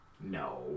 No